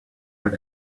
but